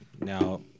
Now